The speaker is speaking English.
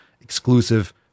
exclusive